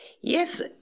Yes